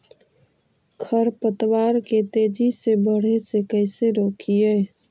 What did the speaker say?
खर पतवार के तेजी से बढ़े से कैसे रोकिअइ?